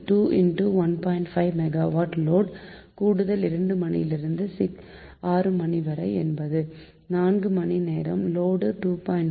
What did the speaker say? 5 megawatt load கூட்டல் 2 மணியிலிருந்து 6 மணி வரை என்பது 4 மணி நேரம் லோடு 2